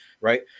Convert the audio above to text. right